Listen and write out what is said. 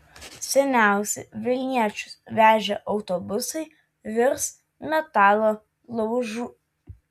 seniausi vilniečius vežę autobusai virs metalo laužu